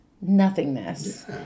nothingness